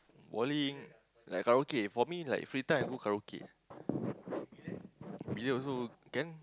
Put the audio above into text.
bowling like karaoke for me like free time I go karaoke billiard also can